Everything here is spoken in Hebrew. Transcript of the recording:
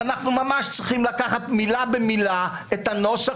אנחנו ממש צריכים לקחת מילה במילה את הנוסח